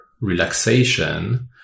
relaxation